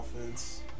offense